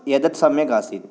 एतद् सम्यगासीत्